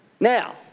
Now